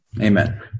Amen